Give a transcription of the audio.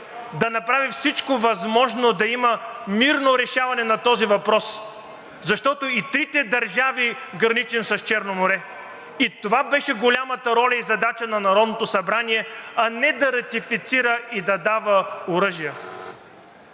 да направим всичко възможно да има мирно решаване на този въпрос, защото и трите държави граничим с Черно море, и това беше голямата роля и задача на Народното събрание, а не да ратифицира и да дава оръжия.